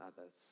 others